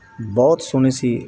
ਬਹੁਤ ਸੋਹਣੀ ਸੀ